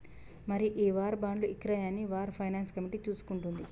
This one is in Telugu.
మరి ఈ వార్ బాండ్లు ఇక్రయాన్ని వార్ ఫైనాన్స్ కమిటీ చూసుకుంటుంది